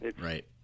right